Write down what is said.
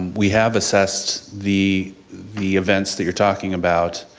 we have assessed the the events that you're talking about,